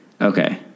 okay